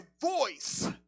voice